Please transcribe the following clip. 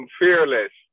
fearless